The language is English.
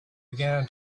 began